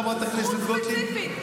חברת הכנסת גוטליב,